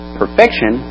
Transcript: perfection